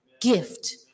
gift